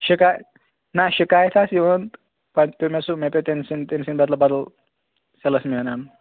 شِکاے نہ شِکایتھ آسہٕ یِوان تہٕ پتہٕ پیٚو مےٚ سُہ مےٚ پیٚو تٔمۍ سٕنٛدۍ تمٔۍ سٕنٛدۍ بَدلہٕ بَدل سیلٕز میٛن اَنُن